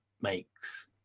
makes